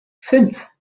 fünf